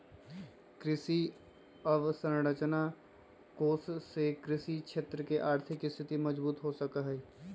कृषि अवसरंचना कोष से कृषि क्षेत्र के आर्थिक स्थिति मजबूत हो सका हई